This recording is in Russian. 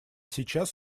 сейчас